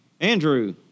Andrew